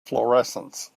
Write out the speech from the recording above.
fluorescence